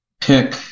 pick